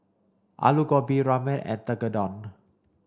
Alu Gobi Ramen and Tekkadon